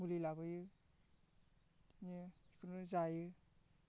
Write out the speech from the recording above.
मुलि लाबोयो इदिनो बेखौनो जायो